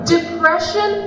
Depression